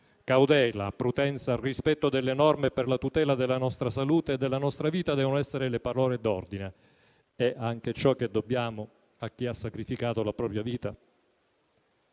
Cautela, prudenza, rispetto delle norme per la tutela della nostra salute e della nostra vita devono essere le parole d'ordine. È anche ciò che dobbiamo a chi ha sacrificato la propria vita